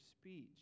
speech